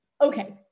Okay